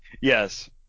Yes